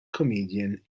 comedian